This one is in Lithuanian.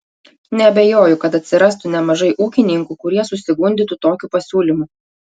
neabejoju kad atsirastų nemažai ūkininkų kurie susigundytų tokiu pasiūlymu